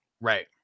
Right